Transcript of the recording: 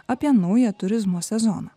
apie naują turizmo sezoną